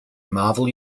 marvel